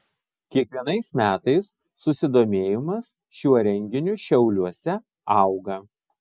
kiekvienais metais susidomėjimas šiuo renginiu šiauliuose auga